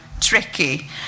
Tricky